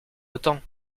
autant